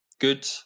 good